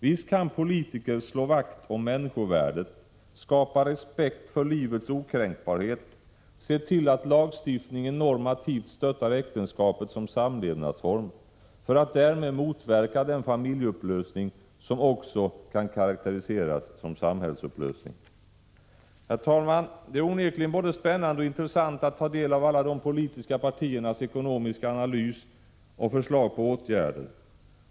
Visst kan politiker slå vakt om människovärdet, skapa respekt för livets okränkbarhet, se till att lagstiftningen normativt stöttar äktenskapet som samlevdnadsform för att därmed motverka den familjeupplösning som också kan karaktäriseras som samhällsupplösning. Herr talman! Det är onekligen både spännande och intressant att ta del av alla de politiska partiernas ekonomiska analyser och förslag till åtgärder.